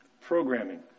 programming